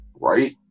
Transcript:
Right